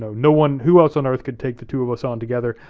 no no one, who else on earth can take the two of us on together?